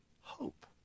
Hope